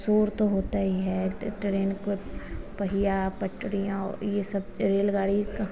शोर तो होता ही है ट्रेन का पहिया पटरियाँ और यह सब रेलगाड़ी का